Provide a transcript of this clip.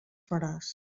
faràs